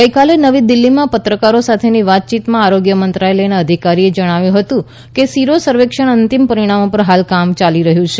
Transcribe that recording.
ગઇકાલે નવી દિલ્હીમાં પત્રકારો સાથેની વાતયીતમાં આરોગ્ય મંત્રાલયના અધિકારીએ જણાવ્યું હતું કે સીરો સર્વેક્ષણના અંતિમ પરિણામો પર હાલ કામ યાલી રહ્યું છે